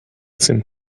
sind